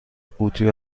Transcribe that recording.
قوطی